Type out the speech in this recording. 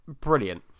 brilliant